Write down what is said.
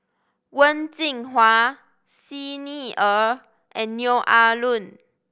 Wen Jinhua Xi Ni Er and Neo Ah Luan